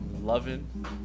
Loving